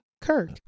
Kirk